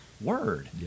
Word